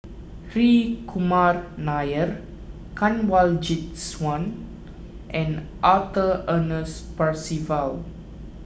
Hri Kumar Nair Kanwaljit Soin and Arthur Ernest Percival